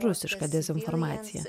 rusiška dezinformacija